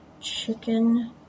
chicken